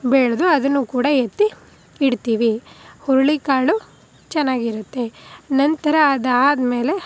ಬೆಳೆದು ಅದನ್ನು ಕೂಡ ಎತ್ತಿ ಇಡ್ತೀವಿ ಹುರುಳಿ ಕಾಳು ಚೆನ್ನಾಗಿರುತ್ತೆ ನಂತರ ಅದಾದ್ಮೇಲೆ